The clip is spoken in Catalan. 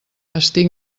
estic